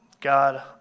God